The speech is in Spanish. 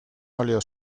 óleo